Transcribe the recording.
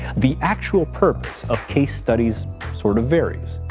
the actual purpose of case studies sort of varies,